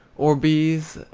or bees,